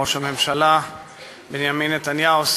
ראש הממשלה בנימין נתניהו,